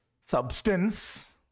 substance